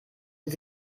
die